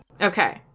Okay